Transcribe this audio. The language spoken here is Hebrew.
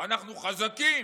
אנחנו חזקים.